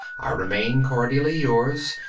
i remain cordially yours,